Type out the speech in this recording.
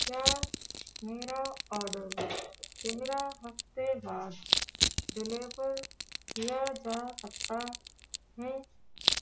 کیا میرا آڈر تیرہ ہفتے بعد ڈیلیور کیا جا سکتا ہے